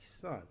son